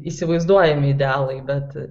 įsivaizduojami idealai bet